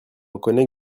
reconnaît